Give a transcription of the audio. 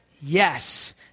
yes